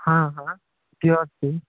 ହଁ ହଁ ଅଛି